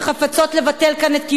שחפצות לבטל כאן את קיומנו,